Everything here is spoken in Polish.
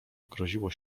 groziło